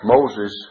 Moses